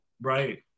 right